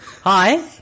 Hi